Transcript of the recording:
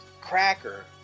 Cracker